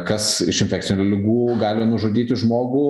kas iš infekcinių ligų gali nužudyti žmogų